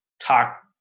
talk